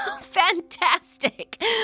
Fantastic